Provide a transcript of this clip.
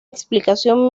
explicación